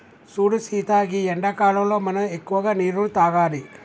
సూడు సీత గీ ఎండాకాలంలో మనం ఎక్కువగా నీరును తాగాలి